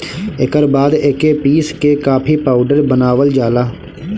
एकर बाद एके पीस के कॉफ़ी पाउडर बनावल जाला